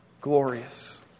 glorious